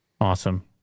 awesome